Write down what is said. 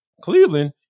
cleveland